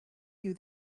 you